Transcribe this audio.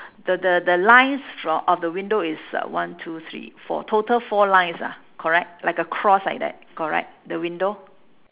the the the lines fr~ of the windows is uh one two three four total four lines ah correct like a cross like that correct the window